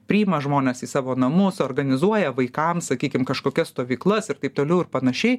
priima žmones į savo namus organizuoja vaikams sakykim kažkokias stovyklas ir taip toliau ir panašiai